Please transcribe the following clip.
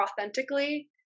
authentically